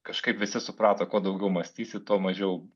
kažkaip visi suprato kuo daugiau mąstysi tuo mažiau